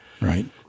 Right